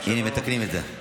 הינה, מתקנים את זה.